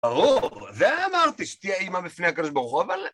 ברור, זה אמרתי שתהיה אימא בפני הקדוש ברוך הוא אבל...